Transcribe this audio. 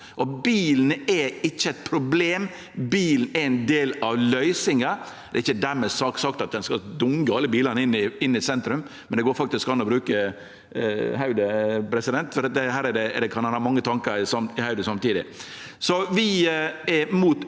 Bilen er ikkje eit problem, bilen er ein del av løysinga. Det er ikkje dermed sagt at ein skal dunge alle bilane inn i sentrum, men det går faktisk an å bruke hovudet, for her kan ein ha mange tankar i hovudet samtidig.